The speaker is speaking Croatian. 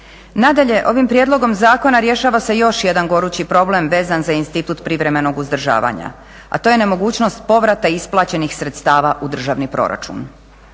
Nadalje, ovim prijedlogom zakona rješava se još jedan gorući problem vezan za institut privremenog uzdržavanja a to je nemogućnost povrata isplaćenih sredstava u državni proračun.